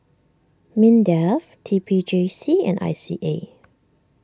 Mindef T P J C and I C A